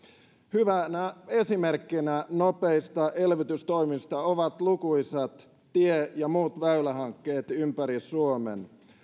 hyvänä esimerkkinä nopeista elvytystoimista ovat lukuisat tie ja muut väylähankkeet ympäri suomen